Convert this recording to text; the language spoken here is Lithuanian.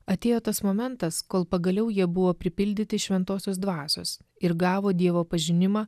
atėjo tas momentas kol pagaliau jie buvo pripildyti šventosios dvasios ir gavo dievo pažinimą